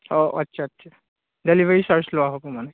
অঁ আচ্ছা আচ্ছা ডেলিভাৰী চাৰ্জ লোৱা হ'ব মানে